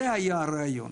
זה היה הרעיון.